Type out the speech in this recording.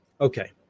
Okay